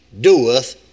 doeth